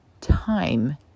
time